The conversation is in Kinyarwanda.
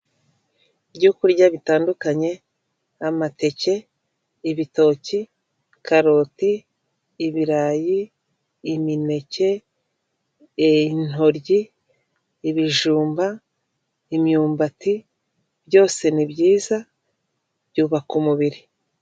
Abagabo babiri bose bafite kasike zanditseho sefu moto, aba bagabo bose bambaye amarinete umwe ni umwirabura ariko undi ni umuzungu.